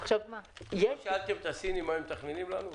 לא שאלתם את הסינים מה הם מתכננים לנו?